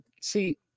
See